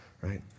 right